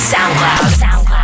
SoundCloud